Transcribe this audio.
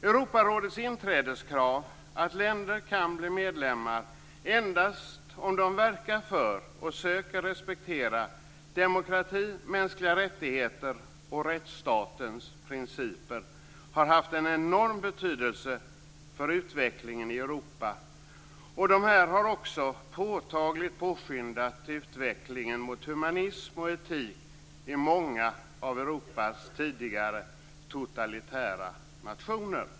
Europarådets inträdeskrav, att länder kan bli medlemmar endast om de verkar för och söker respektera demokrati, mänskliga rättigheter och rättsstatens principer, har haft en enorm betydelse för utvecklingen i Europa och också påtagligt påskyndat utvecklingen mot humanism och etik i många av Europas tidigare totalitära nationer.